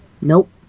nope